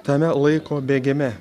tame laiko bėgime